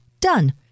Done